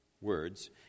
words